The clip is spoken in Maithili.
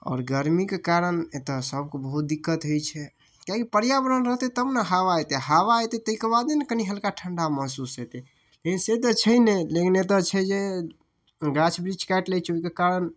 आओर गरमीके कारण एतऽ सबके बहुत दिक्कत होइ छै किएकि पर्यावरण रहतै तब ने हावा एतै हावा एतै ताहिके बादे ने कनी हल्का ठण्डा महसूस हेतै लेकिन से तऽ छै नहि लेकिन एतऽ छै जे गाछ बृक्ष काटि लै छै ओहिके कारण